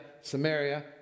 Samaria